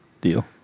Deal